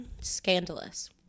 Scandalous